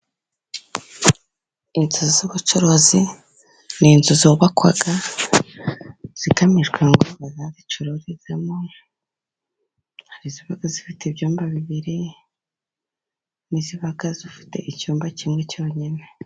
Inzu z'ubucuruzi ni inzu zubakwa zigamijwe ngo abantu bazazicururizemo. Hari iziba zifite ibyumba bibiri, n'iziba zifite icyumba kimwe cyonyine.